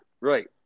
Right